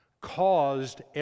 caused